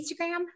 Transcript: Instagram